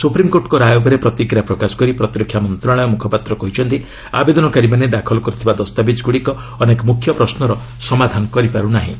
ସୁପ୍ରିମ୍କୋର୍ଟଙ୍କ ରାୟ ଉପରେ ପ୍ରତିକ୍ରିୟା ପ୍ରକାଶ କରି ପ୍ରତିରକ୍ଷା ମନ୍ତ୍ରଣାଳୟ ମୁଖପାତ୍ର କହିଛନ୍ତି ଆବେଦନକାରୀମାନେ ଦାଖଲ କରିଥିବା ଦସ୍ତାବିଜ୍ଗୁଡ଼ିକ ଅନେକ ମୁଖ୍ୟ ପ୍ରଶ୍ୱର ସମାଧାନ କରିପାରୁ ନାହିଁ